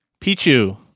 Pichu